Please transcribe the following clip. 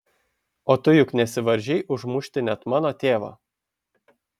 o tu juk nesivaržei užmušti net mano tėvą